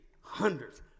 hundreds